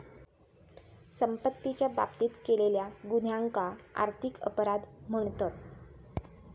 संपत्तीच्या बाबतीत केलेल्या गुन्ह्यांका आर्थिक अपराध म्हणतत